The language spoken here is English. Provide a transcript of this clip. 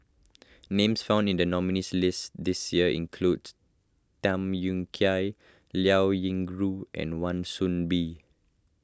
names found in the nominees' list this year include Tham Yui Kai Liao Yingru and Wan Soon Bee